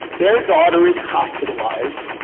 their daughter is hospitalized,